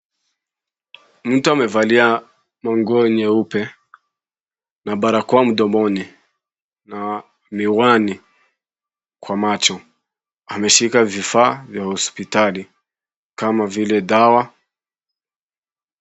Mtu amevalia manguo meupe na barakoa mdomoni na miwani kwa macho. Ameshika vifaaa vya hospitali kama vile dawa.